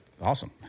awesome